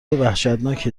وحشتناکی